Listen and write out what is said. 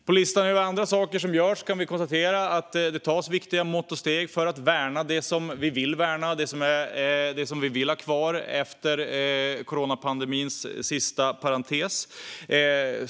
På listan över andra saker som görs kan vi konstatera att det tas viktiga mått och steg för att värna det som vi vill värna och som vi vill ha kvar efter coronapandemins sista parentes.